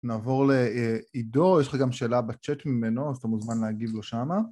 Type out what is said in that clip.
נעבור לעידו, יש לך גם שאלה בצ'אט ממנו, אז אתה מוזמן להגיב לו שמה.